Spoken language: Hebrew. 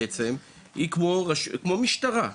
היא כמו משטרה,